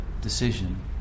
decision